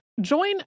Join